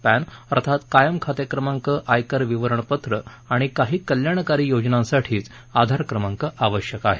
pan अर्थात कायम खाते क्रमांक आयकर विवरणपत्रं आणि काही कल्याणकारी योजनांसाठीच आधार क्रमांक आवश्यक आहे